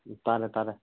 ꯎꯝ ꯇꯥꯔꯦ ꯇꯥꯔꯦ